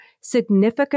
significant